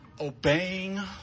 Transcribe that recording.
obeying